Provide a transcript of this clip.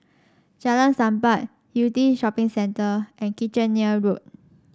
Jalan Sappan Yew Tee Shopping Centre and Kitchener Road